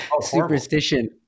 superstition